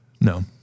No